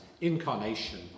incarnation